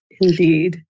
Indeed